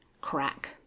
crack